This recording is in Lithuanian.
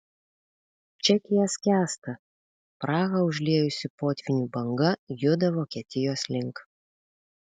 čekija skęsta prahą užliejusi potvynių banga juda vokietijos link